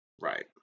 right